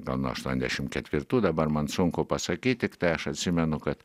gal nuo aštuoniasdešim ketvirtų dabar man sunku pasakyt tiktai aš atsimenu kad